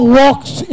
walks